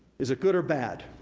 is it good or bad?